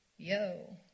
yo